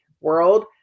world